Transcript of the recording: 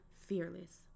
fearless